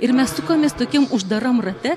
ir mes sukamės tokiam uždaram rate